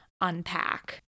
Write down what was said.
unpack